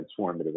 transformative